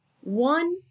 one